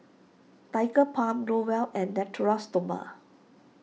Tigerbalm Growell and Natura Stoma